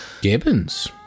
Gibbons